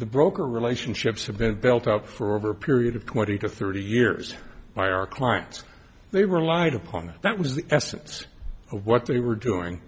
the broker relationships have been built up for over a period of twenty to thirty years by our clients they relied upon it that was the essence of what they were doing